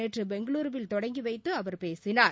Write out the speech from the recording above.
நேற்று பெங்களுருவில் தொடங்கி வைத்து அவர் பேசினார்